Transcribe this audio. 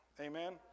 Amen